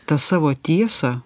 tą savo tiesą